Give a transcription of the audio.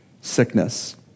sickness